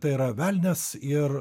tai yra velnias ir